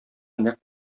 нәкъ